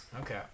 Okay